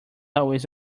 always